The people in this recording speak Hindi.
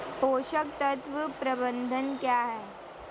पोषक तत्व प्रबंधन क्या है?